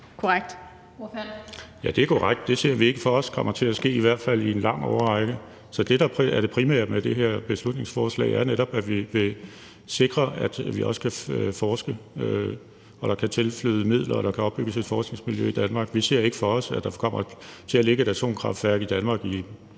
korrekt. Det ser vi ikke for os kommer til at ske i i hvert fald en lang årrække. Så det, der er det primære i forhold til det her beslutningsforslag, er netop, at vi vil sikre, at vi også kan forske, og at der kan tilflyde midler, og at der kan opbygges et forskningsmiljø i Danmark. Vi ser ikke for os, at der kommer til at ligge et atomkraftværk i Danmark i mange